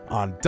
on